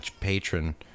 patron